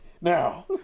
now